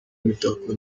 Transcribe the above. imitako